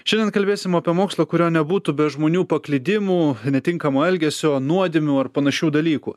šiandien kalbėsim apie mokslą kurio nebūtų be žmonių paklydimų netinkamo elgesio nuodėmių ar panašių dalykų